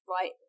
right